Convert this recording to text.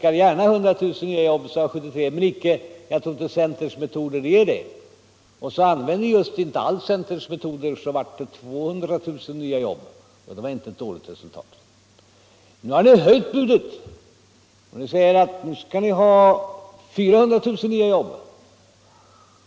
Jag sade 1973 att jag gärna såg att det blev 100 000 nya jobb men att jag inte trodde att centerns metoder skulle ge det. Sedan använde vi just ingenting av centerns metoder, men ändå blev det 200 000 nya jobb, och det var inget dåligt resultat. Nu har ni höjt budet till 400 000 nya jobb.